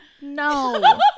no